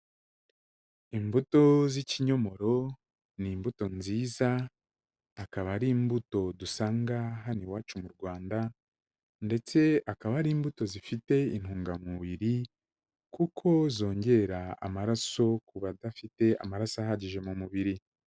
Imbuto z'ikinyomoro ni imbuto nziza, akaba ari imbuto dusanga hano iwacu mu Rwanda ndetse akaba ari imbuto zifite intungamubiri kuko zongera amaraso ku badafite amaraso ahagije mu mubiri.